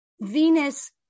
Venus